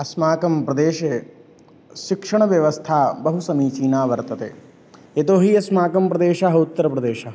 अस्माकं प्रदेशे शिक्षणव्यवस्था बहुसमीचीना वर्तते यतोहि अस्माकं प्रदेशः उत्तरप्रदेशः